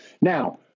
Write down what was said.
Now